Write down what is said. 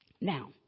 Now